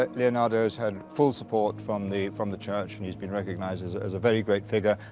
ah leonardo's had full support from the from the church, and he's been recognized as as a very great figure.